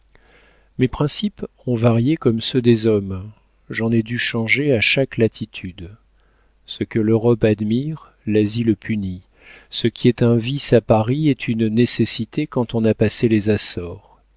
mes principes ont varié comme ceux des hommes j'en ai dû changer à chaque latitude ce que l'europe admire l'asie le punit ce qui est un vice à paris est une nécessité quand on a passé les açores